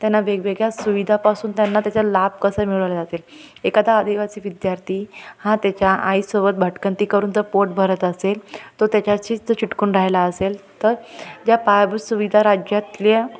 त्यांना वेगवेगळ्या सुविधापासून त्यांना त्याचा लाभ कसं मिळवल्या जातील एखादा आदिवासी विद्यार्थी हा त्याच्या आईसोबत भटकंती करून त पोट भरत असेल तो त्याच्याशीच त चिकटून राहिला असेल तर ज्या पायाभूत सुविधा राज्यातल्या